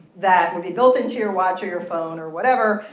that would be built into your watch or your phone or whatever,